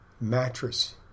mattress